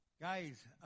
Guys